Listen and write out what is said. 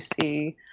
see